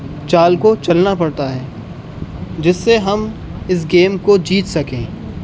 چال کو چلنا پڑتا ہے جس سے ہم اس گیم کو جیت سکیں